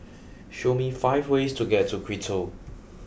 show me five ways to get to Quito